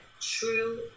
true